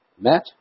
met